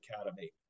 Academy